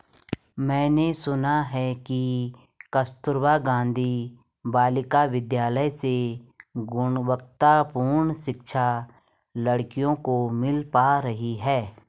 मैंने सुना है कि कस्तूरबा गांधी बालिका विद्यालय से गुणवत्तापूर्ण शिक्षा लड़कियों को मिल पा रही है